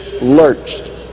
lurched